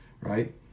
Right